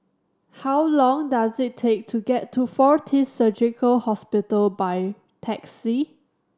how long does it take to get to Fortis Surgical Hospital by taxi